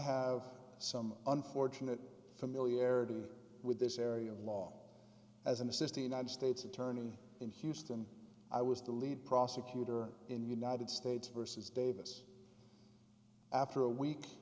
have some unfortunate familiarity with this area of law as an assistant united states attorney in houston i was the lead prosecutor in the united states versus davis after a week